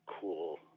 cool